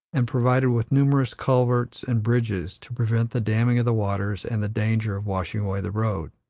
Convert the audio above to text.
and provided with numerous culverts and bridges to prevent the damming of the waters and the danger of washing away the road.